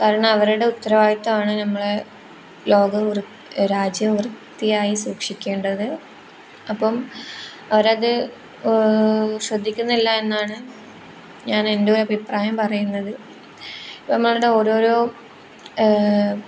കാരണം അവരുടെ ഉത്തരവാദിത്തമാണ് നമ്മളെ ലോകം രാജ്യം വൃത്തിയായി സൂക്ഷിക്കേണ്ടത് അപ്പം അവരത് ശ്രദ്ധിക്കുന്നില്ല എന്നാണ് ഞാൻ എൻ്റെ ഒരു അഭിപ്രായം പറയുന്നത് ഇപ്പം നമ്മളുടെ ഓരോരോ